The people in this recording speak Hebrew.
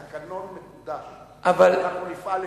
התקנון מקודש ואנחנו נפעל לפיו.